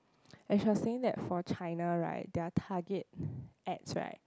as she was saying that for China right their target X right